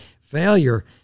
failure